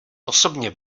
osobně